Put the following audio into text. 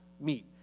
meet